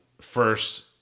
first